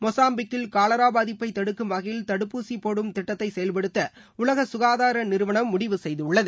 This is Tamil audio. மொசாம்பிக்கில்கலரா பாதிப்பை தடுக்கும் வகையில் தடுப்பூசி போடும் திட்டத்தை செயல்படுத்த உலக சுகாதார நிறுவனம் முடிவு செய்துள்ளது